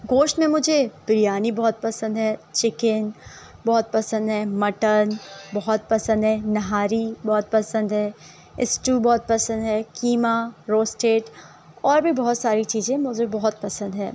گوشت میں مجھے بریانی بہت پسند ہے چکن بہت پسند ہے مٹن بہت پسند ہے نہاری بہت پسند ہے اسٹو بہت پسند ہے قیمہ روسٹیڈ اور بھی بہت ساری چیزیں مجھے بہت پسند ہے